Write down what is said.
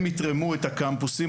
הם יתרמו את הקמפוסים,